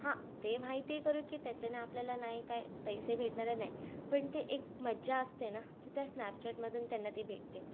हां ते माहिती करून की त्याच्याने आपल्याला नाही काही पैसे भेटणार आहे नाही पण ते एक मजा असते ना तर त्या स्नॅपचॅटमधून त्यांना ती भेटते